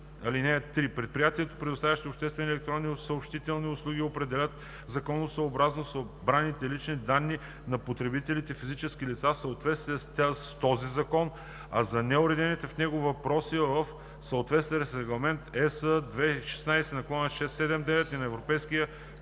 3: „(3) Предприятията, предоставящи обществени електронни съобщителни услуги, обработват законосъобразно събраните лични данни на потребителите – физически лица, в съответствие с този закон, а за неуредени в него въпроси – в съответствие с Регламент (ЕС) 2016/679 на Европейския